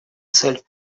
цель